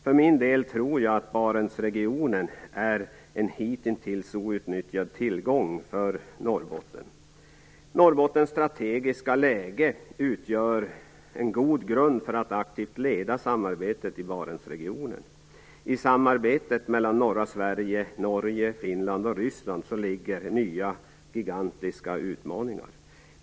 För min del tror jag att Barentsregionen är en hitintills outnyttjad tillgång för Norrbotten. Norrbottens strategiska läge utgör en god grund för att aktivt leda samarbetet inom Barentsregionen. I Ryssland ligger nya gigantiska utmaningar.